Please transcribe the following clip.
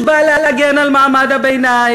שוכח שהוא בא להגן על מעמד הביניים,